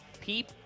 Peep